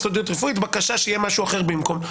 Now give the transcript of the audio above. סודיות רפואית ומבקש שיהיה משהו אחר במקום זה.